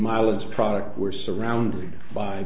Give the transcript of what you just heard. mileage products were surrounded by